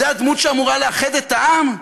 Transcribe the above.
זו הדמות שאמורה לאחד את העם?